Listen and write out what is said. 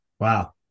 Wow